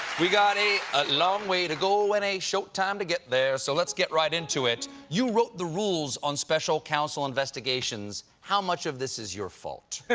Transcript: we've got a a long way to go and a short time to get there, so let's get right into it. you wrote the rules on special counsel investigations. how much of this is your fault?